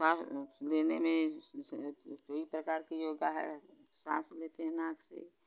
सांस देने में कई प्रकार के योगा है सांस लेते हैं नाक से